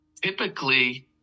Typically